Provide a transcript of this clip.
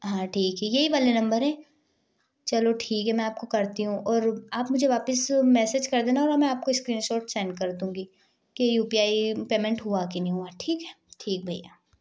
हाँ ठीक है यही वाला नंबर है चलो ठीक है मैं आपको करती हूँ ओर आप मुझे वापस मैसेज कर देना और मैं आपको स्क्रीनशॉट सैंड कर दूँगी कि यू पी आई पैमेंट हुआ कि नहीं हुआ ठीक है ठीक भैया